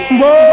Whoa